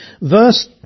verse